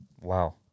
Wow